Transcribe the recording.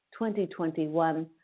2021